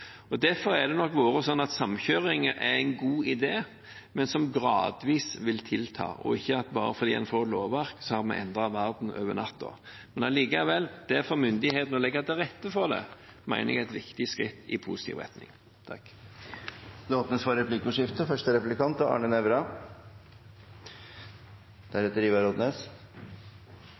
Derfor har det nok vært slik at samkjøring er en god idé, men er noe som gradvis vil tilta, og ikke noe som vil endre verden over natten bare fordi en får et lovverk. Men likevel: At myndighetene legger til rette for det, mener jeg er et viktig skritt i positiv retning. Det blir replikkordskifte.